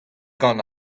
gant